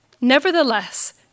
nevertheless